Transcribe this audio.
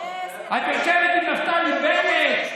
אה, סליחה, את יושבת עם נפתלי בנט?